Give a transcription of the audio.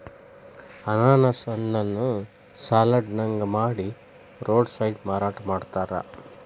ಅನಾನಸ್ ಹಣ್ಣನ್ನ ಸಲಾಡ್ ನಂಗ ಮಾಡಿ ರೋಡ್ ಸೈಡ್ ಮಾರಾಟ ಮಾಡ್ತಾರ